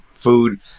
food